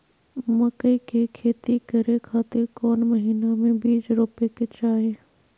मकई के खेती करें खातिर कौन महीना में बीज रोपे के चाही?